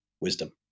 wisdom